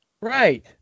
Right